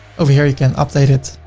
over here, you can update it.